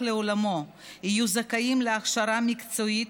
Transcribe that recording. לעולמו יהיו זכאים להכשרה מקצועית,